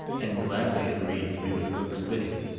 and gladly agreed to do the cook's bidding,